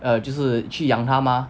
err 就是去养她 mah